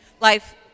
life